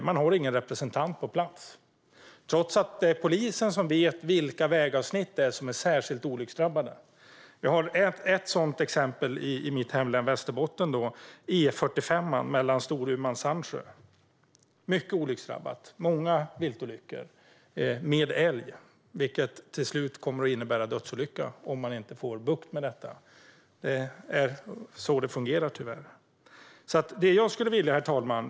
Man har ingen representant på plats, trots att det är polisen som vet vilka vägavsnitt det är som är särskilt olycksdrabbade. Det finns ett sådant exempel i mitt hemlän Västerbotten. Det gäller E45 mellan Storuman och Sandsjö. Den sträckan är mycket olycksdrabbad. Det är många viltolyckor med älg, vilket till slut kommer att innebära dödsolycka om man inte får bukt med detta. Det är tyvärr så det fungerar. Herr talman!